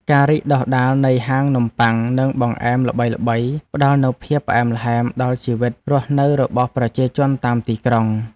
ការរីកដុះដាលនៃហាងនំបុ័ង និងបង្អែមល្បីៗផ្ដល់នូវភាពផ្អែមល្ហែមដល់ជីវិតរស់នៅរបស់ប្រជាជនតាមទីក្រុង។